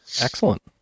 Excellent